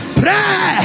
pray